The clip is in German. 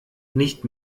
nicht